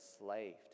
enslaved